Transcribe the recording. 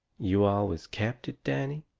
you always kept it, danny?